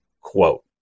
quote